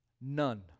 None